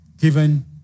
given